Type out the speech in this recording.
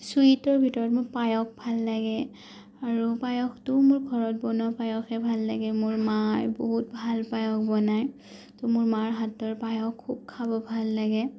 চুইটৰ ভিতৰত মোৰ পায়স ভাল লাগে আৰু পায়সটো মোৰ ঘৰত বনোৱা পায়সে ভাল লাগে মোৰ মা বহুত ভাল পায়স বনায় ত' মোৰ মাৰ হাতৰ পাসয় খুব খাব ভাল লাগে